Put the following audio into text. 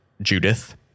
Judith